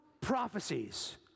prophecies